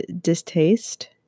distaste